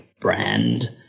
brand